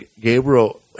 Gabriel